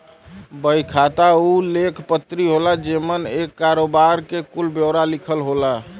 बही खाता उ लेख पत्री होला जेमन एक करोबार के कुल ब्योरा लिखल होला